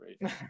right